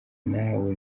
nawe